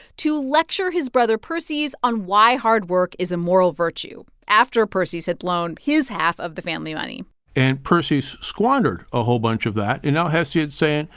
to lecture his brother perses on why hard work is a moral virtue after perses had blown his half of the family money and perses squandered a whole bunch of that, and now hesiod's saying,